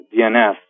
DNS